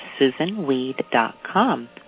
SusanWeed.com